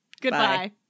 Goodbye